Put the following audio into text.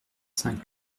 saint